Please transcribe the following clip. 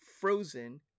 frozen